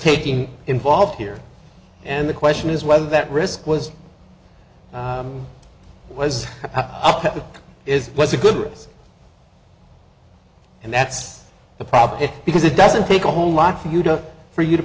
taking involved here and the question is whether that risk was was is was a good risk and that's the problem because it doesn't take a whole lot for you know for you to